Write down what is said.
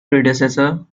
predecessor